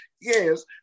yes